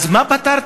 אז מה פתרת?